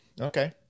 Okay